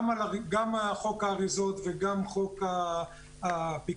גם חוק האריזות וגם חוק הפיקדון.